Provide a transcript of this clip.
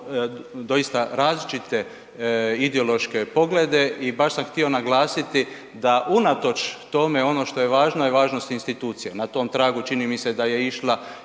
doista različite ideološke poglede i baš sam htio naglasiti da unatoč tome ono što je važno je važnost institucija. Na tom tragu čini mi se da je išla